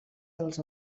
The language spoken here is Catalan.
dels